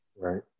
right